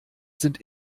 sind